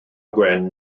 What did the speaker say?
gwen